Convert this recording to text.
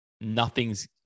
nothing's